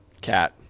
Cat